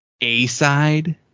A-side